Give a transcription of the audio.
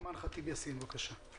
ח"כ אימאן ח'טיב יאסין בבקשה.